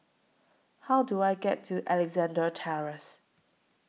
How Do I get to Alexandra Terrace